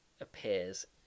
appears